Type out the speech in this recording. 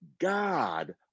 God